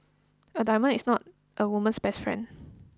a diamond is not a woman's best friend